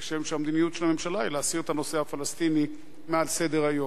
כשם שהמדיניות של הממשלה היא להסיר את הנושא הפלסטיני מעל סדר-היום.